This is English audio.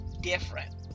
different